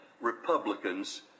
Republicans